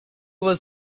was